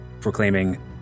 proclaiming